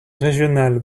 régionales